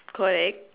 correct